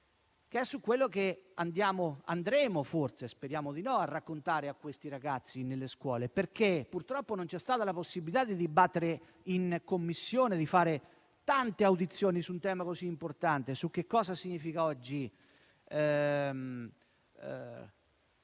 a quello che andremo, forse - speriamo di no - a raccontare ai ragazzi nelle scuole. Purtroppo, non c'è stata la possibilità di dibattere in Commissione, di fare tante audizioni su un tema così importante, su che cosa significa oggi